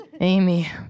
Amy